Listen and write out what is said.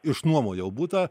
išnuomojau butą